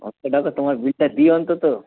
পাঁচশো টাকা তোমার বিলটা দিই অন্তত